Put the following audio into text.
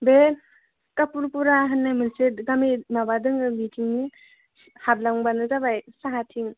बे खाफुरफुरा होन्नाय मोनसे गामि माबा दङ बिथिं हाबलांबानो जाबाय साहाथिं